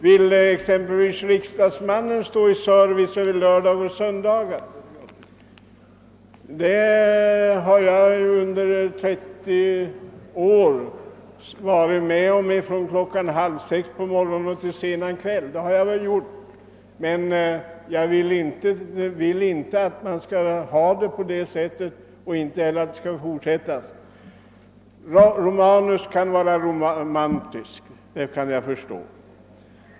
Vill exempelvis riksdagsmannen stå till tjänst över lördagar och söndagar? Det har jag under 30 år varit med om från halv sex på morgonen till sena kvällen, men jag vill inte att man skall ha det på det sättet i fortsättningen. Herr Romanus kan vara romantisk, det kan jag förstå.